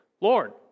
Lord